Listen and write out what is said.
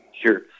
Sure